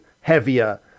heavier